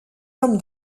homme